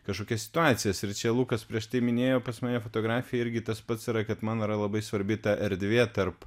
kažkokias situacijas ir čia lukas prieš tai minėjo pas mane fotografija irgi tas pats yra kad man yra labai svarbi ta erdvė tarp